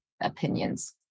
opinions